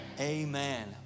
Amen